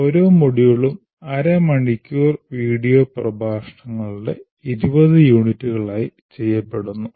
ഓരോ മൊഡ്യൂളും അര മണിക്കൂർ വീഡിയോ പ്രഭാഷണങ്ങളുടെ 20 യൂണിറ്റുകളായി ചെയ്യപ്പെടുന്നു